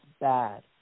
bad